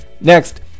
Next